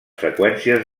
freqüències